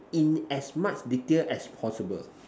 in as much detail as possible